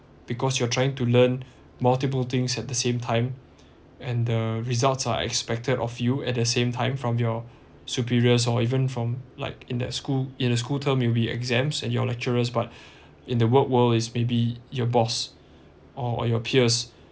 because you are trying to learn multiple things at the same time and the results are expected of you at the same time from your superiors or even from like in that school in the school terms it'll be exams and your lecturers but in the work world is maybe your boss or your peers